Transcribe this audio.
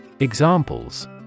Examples